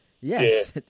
Yes